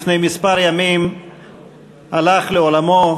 לפני כמה ימים הלך לעולמו,